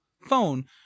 phone